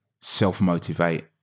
self-motivate